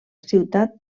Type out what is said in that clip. ciutat